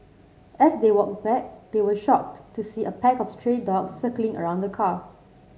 as they walked back they were shocked to see a pack of stray dogs circling around the car